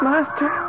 Master